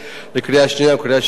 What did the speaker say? לקריאה שנייה ולקריאה שלישית.